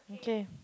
okay